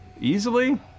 easily